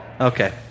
Okay